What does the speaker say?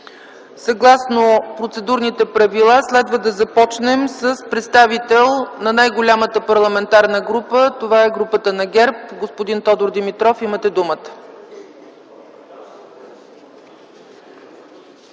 Съгласно Процедурните правила следва да започнем с представител на най-голямата парламентарна група – това е групата на ГЕРБ. Господин Тодор Димитров, имате думата.